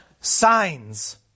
signs